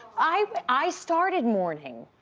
i started mourning.